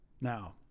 Now